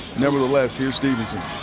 nevertheless, here's stephenson.